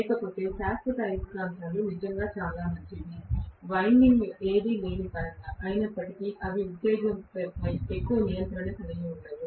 లేకపోతే శాశ్వత అయస్కాంత యంత్రాలు నిజంగా చాలా మంచివి వైండింగ్ ఏదీ లేని పరంగా అయినప్పటికీ అవి ఉత్తేజితంపై ఎక్కువ నియంత్రణ కలిగి ఉండవు